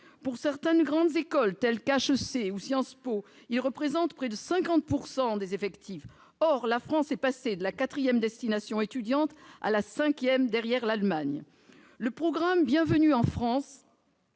Pour certaines grandes écoles, telles que HEC ou Sciences Po, ceux-ci représentent près de 50 % des effectifs. Or la France est passée de la quatrième destination étudiante à la cinquième, derrière l'Allemagne. Le plan Bienvenue en France,